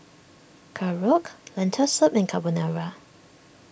Korokke Lentil Soup and Carbonara